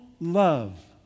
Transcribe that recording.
love